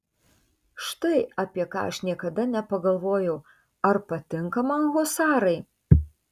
štai apie ką aš niekada nepagalvojau ar patinka man husarai